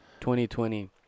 2020